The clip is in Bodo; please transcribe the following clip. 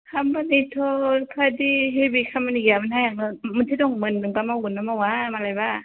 खामानिथ' बेबादि हेभि खामानि गैयामोनहाय आंनाव मोनसे दंमोन नोंबा मावगोन ना मावा मालायबा